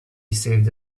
saved